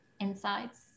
insights